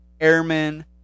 airmen